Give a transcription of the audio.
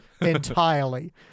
entirely